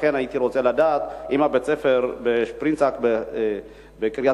הייתי רוצה לדעת אם בית-ספר "שפרינצק" בקריית-גת,